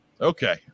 Okay